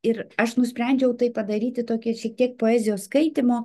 ir aš nusprendžiau tai padaryti tokio šitiek poezijos skaitymo